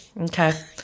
Okay